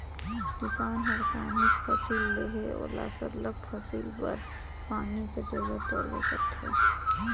किसान हर काहींच फसिल लेहे ओला सरलग फसिल बर पानी कर जरूरत परबे करथे